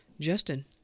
Justin